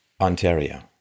Ontario